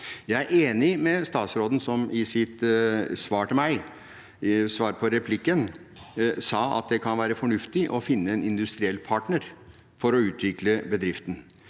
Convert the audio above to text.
Jeg er enig med statsråden, som i sitt replikksvar til meg sa at det kan være fornuftig å finne en industriell partner for å utvikle bedriften.